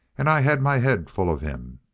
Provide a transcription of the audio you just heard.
and i had my head full of him.